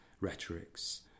rhetorics